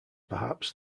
perhaps